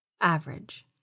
Average